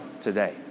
today